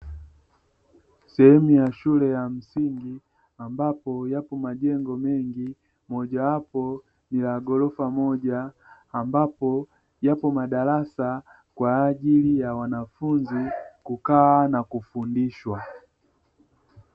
Sehemu ya shule ya msingi, ambapo yapo majengo mengi. Moja wapo ni la ghorofa moja, ambapo yapo madarasa kwa ajili ya wanafunzi kukaa na kufundishwa.